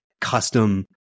custom